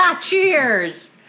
Cheers